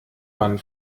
man